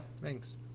Thanks